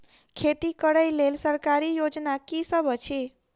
खेती करै लेल सरकारी योजना की सब अछि?